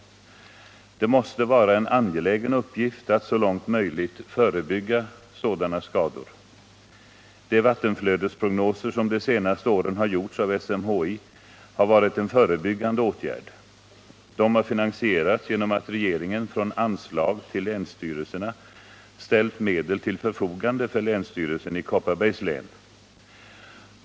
Det måste vara en angelägen uppgift att så långt möjligt förebygga sådana skador. De vattenflödesprognoser som de senaste åren har gjorts av SMHI har varit en förebyggande åtgärd. De har finansierats genom att regeringen från anslag till länsstyrelserna ställt medel till förfogande för länsstyrelsen i Kopparbergs län.